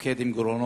לתפקד עם גירעונות